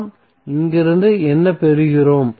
நாம் இங்கிருந்து என்ன பெறுகிறோம்